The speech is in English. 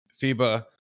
FIBA